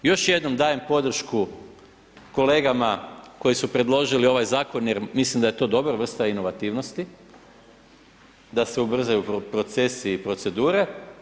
Još jednom dajem podršku kolegama koji su predložili ovaj zakon, jer mislim da je to dobra vrsta inovativnosti, da se ubrzaju procesi i procedure.